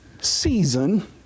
season